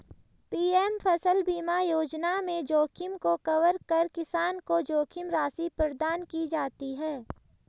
PM फसल बीमा योजना में जोखिम को कवर कर किसान को जोखिम राशि प्रदान की जाती है